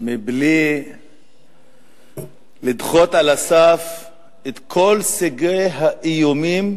מבלי לדחות על הסף את כל סוגי האיומים,